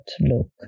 look